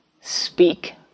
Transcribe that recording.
speak